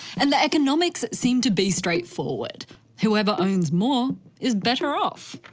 and the economics seem to be straightforward whoever owns more is better off.